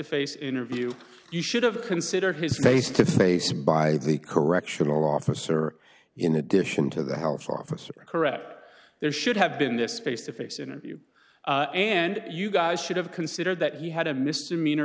face interview you should have considered his face to face by the correctional officer in addition to the how far officer correct there should have been this face to face interview and you guys should have considered that you had a misdemeanor